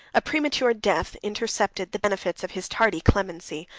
a premature death intercepted the benefits of his tardy clemency.